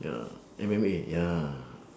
ya M_M_A ya